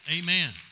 Amen